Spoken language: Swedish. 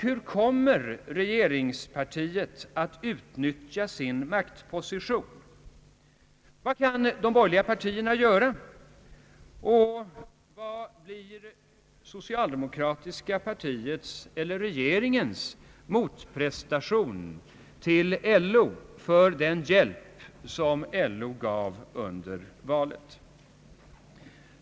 Hur kommer regeringspartiet att utnyttja sin maktposition? Vad kan de borgerliga partierna göra? Vad blir det socialdemokratiska partiets eller regeringens motprestation till LO för den hjälp som den gav under valet?